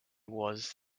was